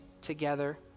together